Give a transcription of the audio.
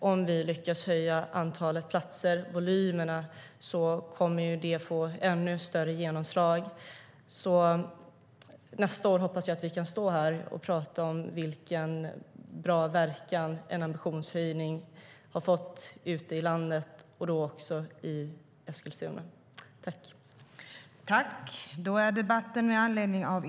Om vi lyckas öka antalet platser och volymerna kommer det att få ännu större genomslag. Överläggningen var härmed avslutad.